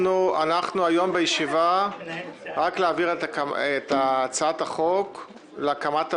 היום דנים רק על פטור מחובת הנחה,